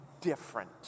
different